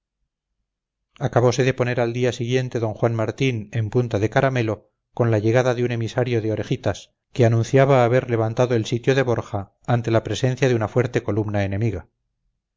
acabose de poner al día siguiente d juan martín en punta de caramelo con la llegada de un emisario de orejitas que anunciaba haber levantado el sitio de borja ante la presencia de una fuerte columna enemiga